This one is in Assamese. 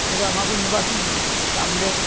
কেতিয়াবা আমাকো নিবাচোন চামগৈ